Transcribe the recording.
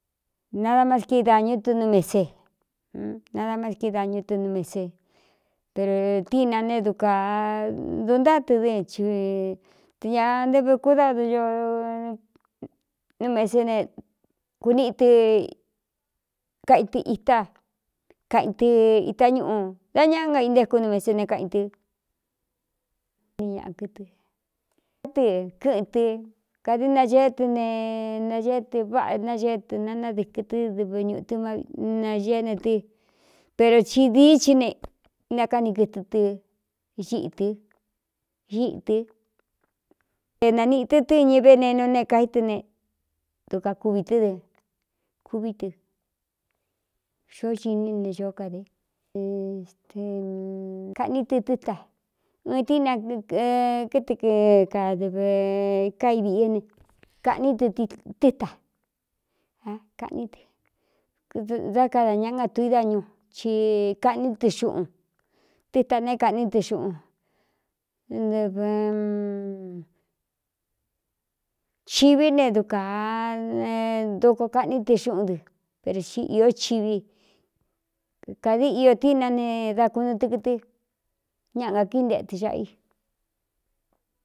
Nadañn nadamasqui dañu tɨ nu mesee r tína ne dkā duntáa tɨ dɨ te ñā nteve kúdadu ño númesee ne kūníꞌitɨ kaꞌitɨ itá kaꞌin tɨ itá ñuꞌu dá ñaꞌá nga intéku nu meseé ne kaꞌin tɨn ñkɨɨ dɨ kɨꞌɨn tɨ kādií nageé tɨ ne naeé tɨ váꞌā nageé tɨ nanádɨkɨtɨ́ dɨv ñuꞌu tɨ nageé ne tɨ pero chi dií chi ne nakaꞌni kɨtɨ tɨ iꞌi tɨ ñiꞌi tɨ te nanīꞌi tɨ tɨ́ñɨ venenu neé kaí tɨ ne duka kuvī tɨ́ dɨ kuví tɨ xoó xiní ne xó kadɨte kaꞌní tɨ tɨ́ta ɨɨn tínakɨɨɨ kadɨv kaiviꞌí ne kaꞌní ɨtɨ́ ta kaꞌní tɨdá kadā ñaꞌá ngatu idañu ci kaꞌní tɨ xuꞌn tɨ ta ne kāꞌní tɨ xuꞌun ɨvchiví ne dukā doko kaꞌní tɨ xuꞌún dɨ per i īó chiví kādi iō tína ne dá kunu tɨkɨtɨ ñaꞌa gakíinteꞌe tɨ xaꞌa i.